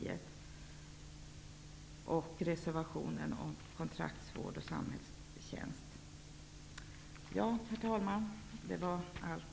Detta gäller också reservationen om kontraktsvård och samhällstjänst. Herr talman! Detta var allt.